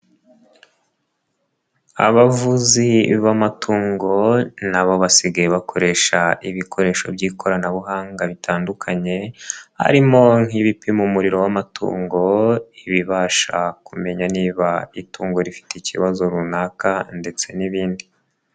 Abavuzi b'amatungo na bo basigaye bakoresha ibikoresho by'ikoranabuhanga bitandukanye harimo nk'ibipima umuriro w'amatungo, ibibasha kumenya niba itungo rifite ikibazo runaka ndetse n'ibindi.